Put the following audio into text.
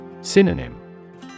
Synonym